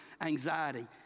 anxiety